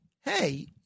hey